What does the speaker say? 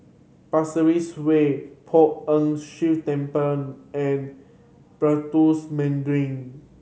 Pasir Ris Way Poh Ern Shih Temple and Mandarin